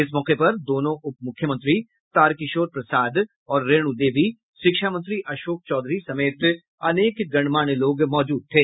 इस मौके पर दोनों उप मुख्यमंत्री तारकिशोर प्रसाद और रेणु देवी शिक्षा मंत्री अशोक चौधरी समेत अनेक गणमान्य लोग मौजूद थे